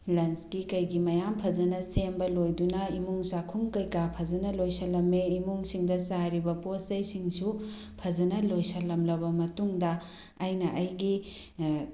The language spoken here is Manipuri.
ꯂꯟꯁꯀꯤ ꯀꯩꯒꯤ ꯃꯌꯥꯝ ꯐꯖꯅ ꯁꯦꯝꯕ ꯂꯣꯏꯗꯨꯅ ꯏꯃꯨꯡ ꯆꯥꯛꯈꯨꯝ ꯀꯩꯀꯥ ꯐꯖꯅ ꯂꯣꯏꯁꯤꯜꯂꯝꯃꯦ ꯏꯃꯨꯡꯁꯤꯡꯗ ꯆꯥꯏꯔꯤꯕ ꯄꯣꯠ ꯆꯩꯁꯤꯡꯁꯨ ꯐꯖꯅ ꯂꯣꯏꯁꯤꯜꯂꯝꯃꯕ ꯃꯇꯨꯡꯗ ꯑꯩꯅ ꯑꯩꯒꯤ